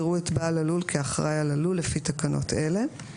יראו את בעל הלול כאחראי על הלול לפי תקנות אלה.